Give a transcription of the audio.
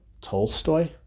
Tolstoy